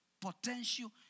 potential